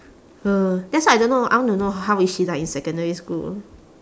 uh that's why I don't know I want to know how is she like in secondary school